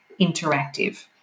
interactive